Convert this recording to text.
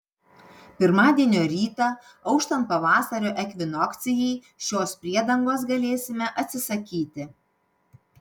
pirmadienio rytą auštant pavasario ekvinokcijai šios priedangos galėsime atsisakyti